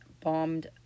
bombed